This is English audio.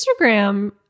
Instagram